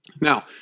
Now